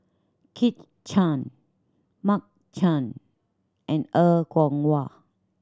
Kit Chan Mark Chan and Er Kwong Wah